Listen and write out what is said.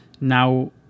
now